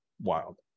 wild